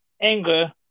anger